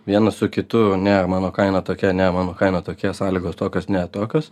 vienas su kitu ne mano kaina tokia ne mano kaina tokia sąlygos tokios ne tokios